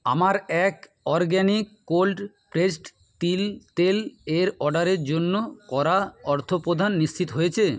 আমার এক organic cold pressed তিল তেল এর অর্ডারের জন্য করা অর্থপ্রদান নিশ্চিত হয়েছে